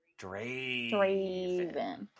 Draven